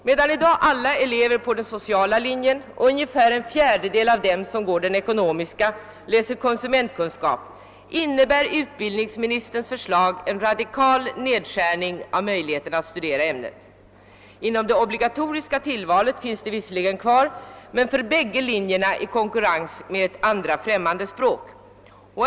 Medan i dag alla elever på den sociala linjen och ungefär en fjärdedel av dem som går på den ekonomiska linjen läser konsumentkunskap innebär utbildningsministerns förslag en radikal nedskärning av möjligheterna att studera detta ämne. Inom det obligatoriska tillvalet finns ämnet visserligen kvar, dock på bägge linjerna i konkurrens med ett andra främmande språk.